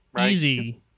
easy